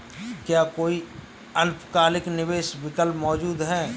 क्या कोई अल्पकालिक निवेश विकल्प मौजूद है?